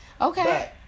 Okay